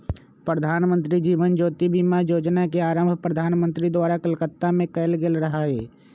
प्रधानमंत्री जीवन ज्योति बीमा जोजना के आरंभ प्रधानमंत्री द्वारा कलकत्ता में कएल गेल रहइ